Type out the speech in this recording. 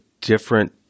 different